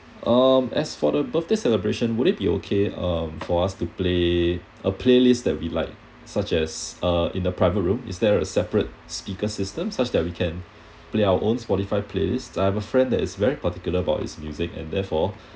um as for the birthday celebration would it be okay uh for us to play a playlist that we liked such as uh in the private room is there a separate speaker system such that we can play our own spotify playlist I have a friend that is very particular about its music and therefore